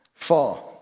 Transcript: Four